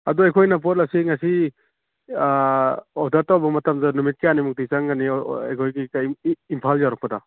ꯑꯗꯨ ꯑꯩꯈꯣꯏꯅ ꯄꯣꯠ ꯑꯁꯦ ꯉꯁꯤ ꯑꯣꯗꯔ ꯇꯧꯕ ꯃꯇꯝꯗ ꯅꯨꯃꯤꯠ ꯀꯌꯥꯅꯤꯃꯨꯛꯇꯤ ꯆꯪꯒꯅꯤ ꯑꯩꯈꯣꯏꯒꯤ ꯀꯔꯤ ꯏꯝꯐꯥꯜ ꯌꯧꯔꯛꯄꯗ